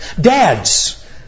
Dads